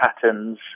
Patterns